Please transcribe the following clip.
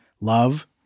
love